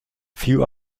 few